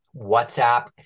WhatsApp